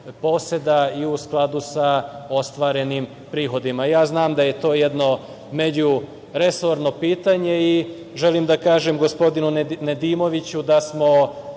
poseda i u skladu sa ostvarenim prihodima. Ja znam da je to jedno međuresorno pitanje i želim da kažem gospodinu Nedimoviću da smo